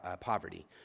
poverty